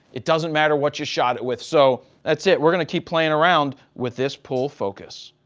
it doesn't matter what you shot it with. so, that's it. we're going to keep playing around with this pull focus.